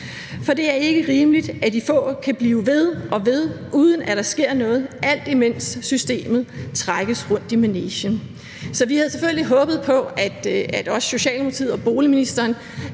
være. Det er ikke rimeligt, at de få kan blive ved og ved, uden at der sker noget, alt imens systemet trækkes rundt i manegen. Så vi havde selvfølgelig håbet på, at også Socialdemokratiet og boligministeren